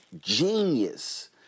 genius